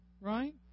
right